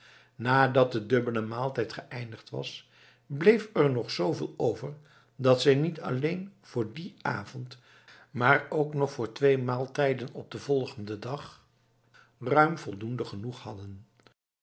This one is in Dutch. nadat de dubbele maaltijd geëindigd was bleef er nog zooveel over dat zij niet alleen voor dien avond maar ook nog voor twee maaltijden op den volgenden dag ruim genoeg hadden